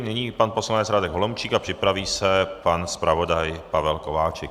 Nyní pan poslanec Radek Holomčík a připraví se pan zpravodaj Pavel Kováčik.